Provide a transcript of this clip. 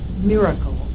miracle